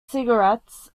cigarettes